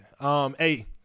Hey